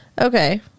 Okay